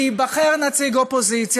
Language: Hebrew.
וייבחר נציג האופוזיציה,